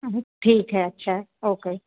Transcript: ठीक है अच्छा ओके